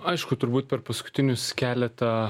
aišku turbūt per paskutinius keletą